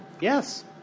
Yes